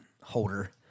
holder